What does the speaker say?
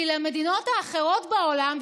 כי למדינות האחרות בעולם,